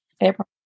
April